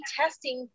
testing